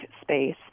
space